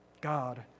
God